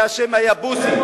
שם זה היבוסים.